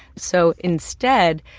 so instead,